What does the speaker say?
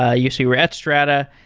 ah usually we're at strata.